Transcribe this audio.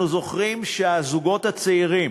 אנחנו זוכרים שהזוגות הצעירים